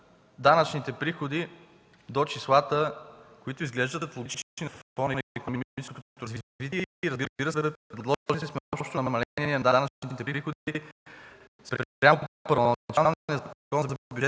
данъчните приходи до числата, които изглеждат логични на фона на икономическото развитие и, разбира се, сме предложили общо намаление на данъчните приходи спрямо първоначалния Закон за бюджета